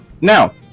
Now